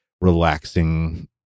relaxing